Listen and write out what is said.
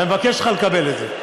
ואני מבקש לקבל את זה.